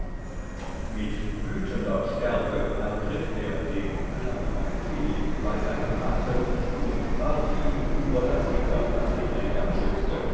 mit wütender stärke ergriff er den kleinen philipp bei seinem mantel und warf ihn über das gitter das den eingang schützte